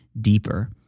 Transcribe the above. deeper